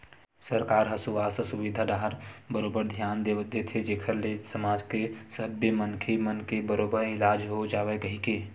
सरकार ह सुवास्थ सुबिधा डाहर बरोबर धियान देथे जेखर ले समाज के सब्बे मनखे मन के बरोबर इलाज हो जावय कहिके